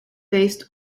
based